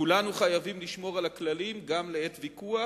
כולנו חייבים לשמור על הכללים גם לעת ויכוח,